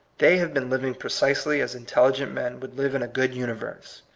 they have been living precisely as intelligent men would live in a good universe,